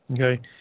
okay